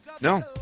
No